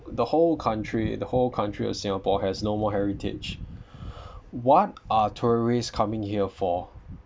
the whole country the whole country of singapore has no more heritage what are tourists coming here for